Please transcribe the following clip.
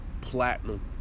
platinum